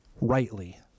rightly